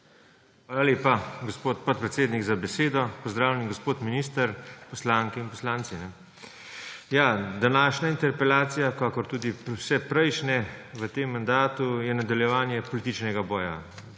Hvala lepa, gospod podpredsednik, za besedo. Pozdravljeni, gospod minister, poslanke in poslanci! Današnja interpelacija, kakor tudi vse prejšnje v tem mandatu, je nadaljevanje političnega boja.